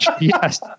Yes